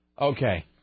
Okay